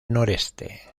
noreste